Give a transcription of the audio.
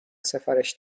سفارش